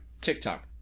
TikTok